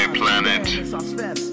planet